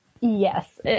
Yes